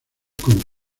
con